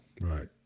Right